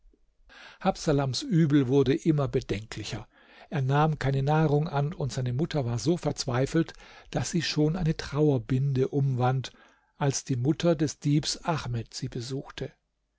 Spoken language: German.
habsalams übel wurde immer bedenklicher er nahm keine nahrung an und seine mutter war so verzweifelt daß sie schon eine trauerbinde umwand als die mutter des diebs ahmed sie besuchte